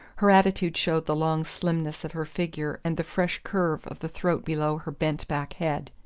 her attitude showed the long slimness of her figure and the fresh curve of the throat below her bent-back head.